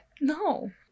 No